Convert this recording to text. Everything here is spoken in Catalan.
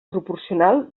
proporcional